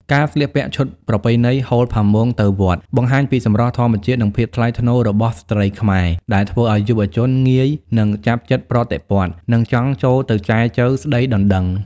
ការស្លៀកពាក់ឈុតប្រពៃណី ហូល ផាមួង ទៅវត្ត បង្ហាញពីសម្រស់ធម្មជាតិ និងភាពថ្លៃថ្នូររបស់ស្ត្រីខ្មែរ ដែលធ្វើឱ្យយុវជនងាយនឹងចាប់ចិត្តប្រតិព័ទ្ធ និងចង់ចូលទៅចែចូវស្ដីដណ្ដឹង។